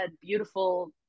beautiful